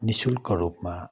निःशुल्क रूपमा